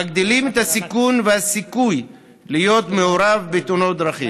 מגדילים את הסיכון והסיכוי להיות מעורב בתאונות דרכים.